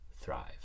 thrive